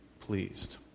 pleased